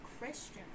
Christian